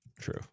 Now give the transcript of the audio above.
true